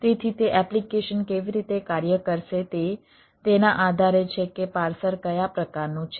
તેથી તે એપ્લિકેશન કેવી રીતે કાર્ય કરશે તે તેના આધારે છે કે પાર્સર કયા પ્રકારનું છે